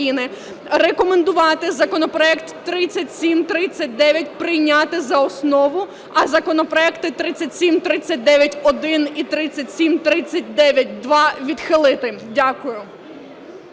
рекомендувати законопроект 3739 прийняти за основу, а законопроекти 3739-1 і 3739-2 відхилити. Дякую.